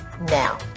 Now